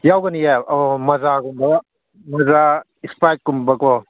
ꯌꯥꯎꯒꯅꯤꯌꯦ ꯑꯣ ꯃꯖꯥꯒꯨꯝꯕ ꯃꯖꯥ ꯁ꯭ꯄꯔꯥꯏꯠꯀꯨꯝꯕꯀꯣ